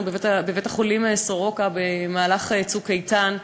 בבית-החולים סורוקה במהלך "צוק איתן".